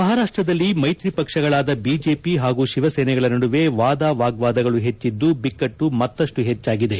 ಮಹಾರಾಷ್ಟ ದಲ್ಲಿ ಮೈತ್ರಿ ಪಕ್ಷಗಳಾದ ಬಿಜೆಪಿ ಹಾಗೂ ಶಿವಸೇನೆಗಳ ನದುವೆ ವಾದ ವಾಗ್ವಾದಗಳು ಹೆಚ್ಚಿದ್ದು ಬಿಕ್ಕಟ್ಟು ಮತ್ತಷ್ಟು ಹೆಚ್ಚಾಗಿದೆ